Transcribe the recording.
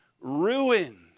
ruin